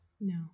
No